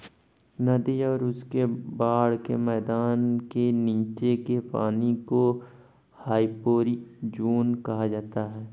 नदी और उसके बाढ़ के मैदान के नीचे के पानी को हाइपोरिक ज़ोन कहा जाता है